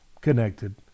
connected